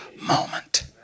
moment